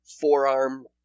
forearm